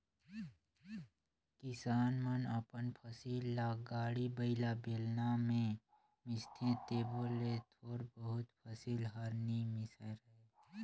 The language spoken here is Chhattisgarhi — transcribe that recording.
किसान मन अपन फसिल ल गाड़ी बइला, बेलना मे मिसथे तबो ले थोर बहुत फसिल हर नी मिसाए रहें